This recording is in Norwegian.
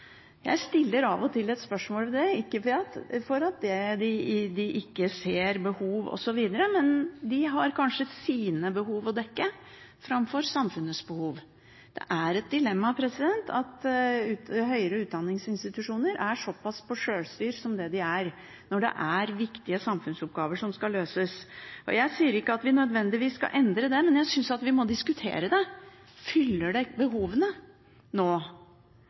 Jeg stiller av og til spørsmål ved det, ikke fordi de ikke ser behovet osv., men de har kanskje egne behov å dekke framfor samfunnets behov. Det er et dilemma at høyere utdanningsinstitusjoner er så pass på sjølstyre som det de er, når det er viktige samfunnsoppgaver som skal løses. Jeg sier ikke at vi nødvendigvis skal endre det, men jeg synes vi må diskutere det. Fyller de behovene nå?